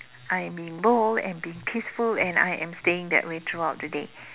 I am being bold and being peaceful and I am staying that way throughout the day